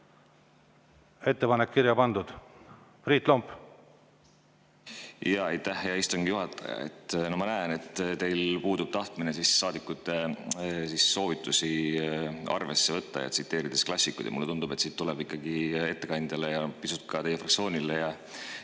Ettepanek kirja pandud. Priit Lomp. Aitäh, hea istungi juhataja! Ma näen, et teil puudub tahtmine saadikute soovitusi arvesse võtta, ja tsiteerides klassikuid, mulle tundub, et siin tuleb ikkagi ettekandjale ja ka teie fraktsioonile ja